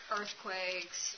earthquakes